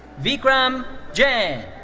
vikram jain.